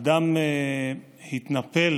אדם התנפל